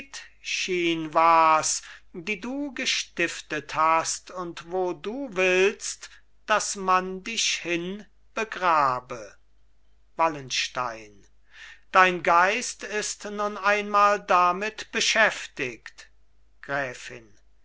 wars die du gestiftet hast und wo du willst daß man dich hin begrabe wallenstein dein geist ist nun einmal damit beschäftigt gräfin